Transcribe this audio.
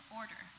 order